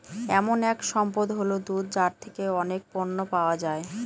এমন এক সম্পদ হল দুধ যার থেকে অনেক পণ্য পাওয়া যায়